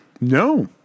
No